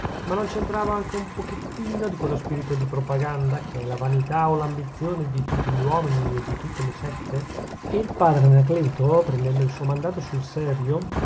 ma non c'entrava anche un pochettino di quello spirito di propaganda che è la vanità o l'ambizione di tutti gli uomini e di tutte le sètte e il padre anacleto prendendo il suo mandato sul serio